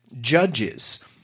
judges